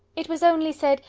it was only said,